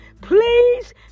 please